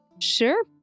sure